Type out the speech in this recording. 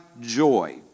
joy